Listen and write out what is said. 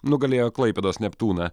nugalėjo klaipėdos neptūną